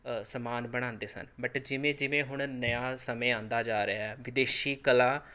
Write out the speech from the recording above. ਅ ਸਮਾਨ ਬਣਾਉਂਦੇ ਸਨ ਬਟ ਜਿਵੇਂ ਜਿਵੇਂ ਹੁਣ ਨਇਆ ਸਮੇਂ ਆਉਂਦਾ ਜਾ ਰਿਹਾ ਹੈ ਵਿਦੇਸ਼ੀ ਕਲਾ